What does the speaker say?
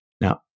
Now